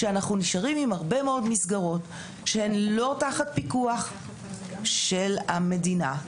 שאנחנו נשארים עם הרבה מאוד מסגרות שהן לא תחת פיקוח של המדינה,